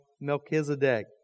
Melchizedek